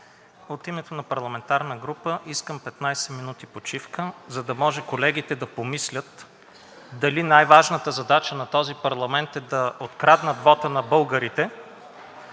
От името на парламентарна група искам 15 минути почивка, за да може колегите да помислят дали най-важната задача на този парламент е да откраднат вота на българите,